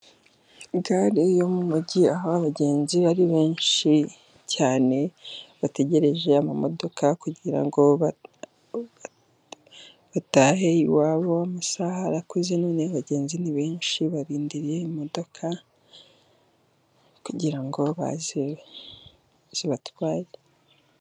Gare yo mu mugi aho abagenzi ari benshi cyane, bategereje imodoka kugira ngo batahe iwabo. Amasaha arakuze none abagenzi ni benshi. Barindiriye imodoka kugira ngo baze zibatware.